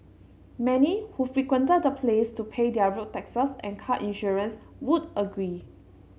many who frequented the place to pay their road taxes and car insurance would agree